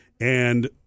and-